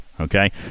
okay